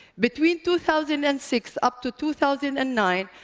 between two thousand and six up to two thousand and nine,